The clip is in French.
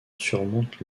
surmonte